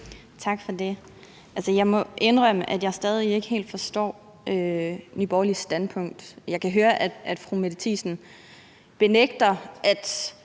Tak for det. Jeg må indrømme, at jeg stadig ikke helt forstår Nye Borgerliges standpunkt. Jeg kan høre, at fru Mette Thiesen benægter, at